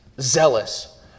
zealous